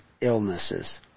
illnesses